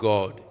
God